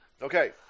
Okay